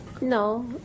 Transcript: No